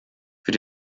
für